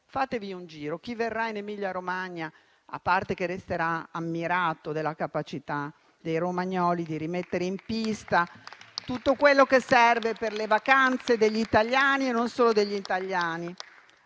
Fatevi un giro: chi verrà in Emilia-Romagna, a parte il fatto che resterà ammirato dalla capacità dei romagnoli di rimettere in pista tutto quello che serve per le vacanze degli italiani e non solo degli italiani